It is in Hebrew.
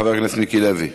חבר הכנסת מיקי לוי.